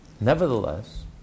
nevertheless